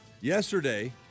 Yesterday